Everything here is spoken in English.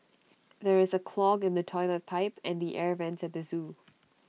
there is A clog in the Toilet Pipe and the air Vents at the Zoo